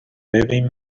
ببین